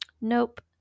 Nope